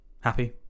Happy